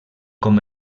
com